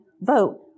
vote